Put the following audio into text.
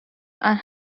and